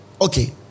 Okay